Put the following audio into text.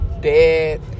Dead